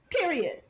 Period